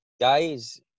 guys